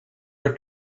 for